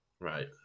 Right